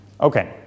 Okay